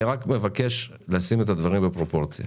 אני רק מבקש לשים את הדברים בפרופורציה.